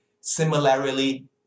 similarly